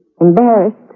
embarrassed